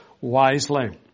wisely